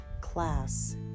class